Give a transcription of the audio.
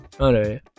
okay